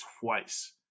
twice